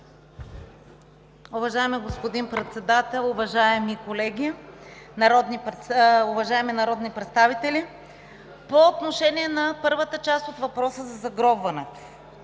Уважаеми господин Председател, уважаеми народни представители! По отношение на първата част от въпроса за загробването.